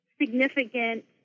significant